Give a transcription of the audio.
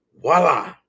voila